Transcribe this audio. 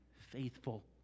faithful